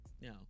no